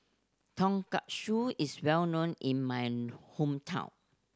tonkatsu is well known in my hometown